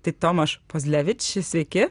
tai tomaš pozlevič sveiki